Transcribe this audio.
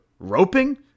roping